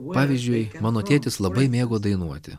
pavyzdžiui mano tėtis labai mėgo dainuoti